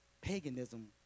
paganism